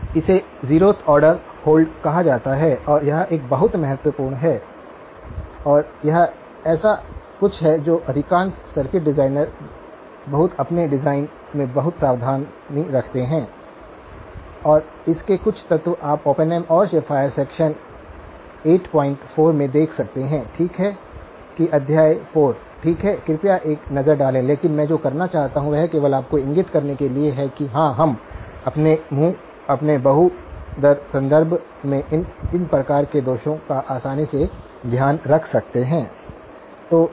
इसे zeroth order hold कहा जाता है और यह एक बहुत महत्वपूर्ण है और यह ऐसा कुछ है जो अधिकांश सर्किट डिज़ाइनर बहुत अपने डिज़ाइन में बहुत सावधानी रखते हैं और इसके कुछ तत्व आप ओपेनहेम और शेफ़र सेक्शन 84 में देख सकते हैं ठीक है कि अध्याय 4 ठीक है कृपया एक नज़र डालें लेकिन मैं जो करना चाहता हूं वह केवल आपको इंगित करने के लिए है कि हां हम अपने बहु दर संदर्भ में इन प्रकार के दोषों का आसानी से ध्यान रख सकते हैं